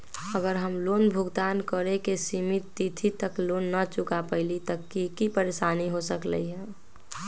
अगर हम लोन भुगतान करे के सिमित तिथि तक लोन न चुका पईली त की की परेशानी हो सकलई ह?